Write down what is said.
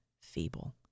feeble